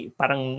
parang